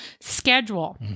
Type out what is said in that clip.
schedule